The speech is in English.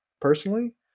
personally